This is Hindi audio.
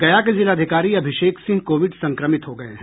गया के जिलाधिकारी अभिषेक सिंह कोविड संक्रमित हो गये हैं